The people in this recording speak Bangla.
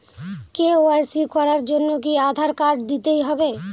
কে.ওয়াই.সি করার জন্য কি আধার কার্ড দিতেই হবে?